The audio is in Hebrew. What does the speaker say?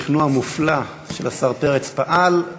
ובכן, כושר השכנוע המופלא של השר פרץ פעל.